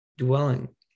dwelling